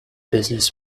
business